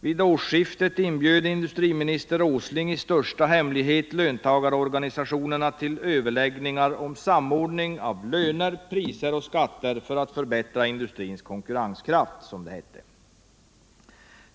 Vid årsskiftet inbjöd industriminister Åsling i största hemlighet löntagarorganisationerna till överläggningar om en samordning av löner, priser och skatter för att "förbättra industrins konkurrenskraft”.